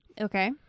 Okay